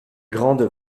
grandes